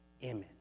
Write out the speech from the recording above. image